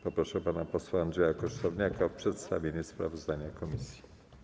Proszę pana posła Andrzeja Kosztowniaka o przedstawienie sprawozdania komisji.